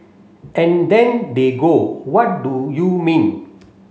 and then they go what do you mean